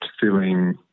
feeling